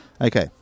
Okay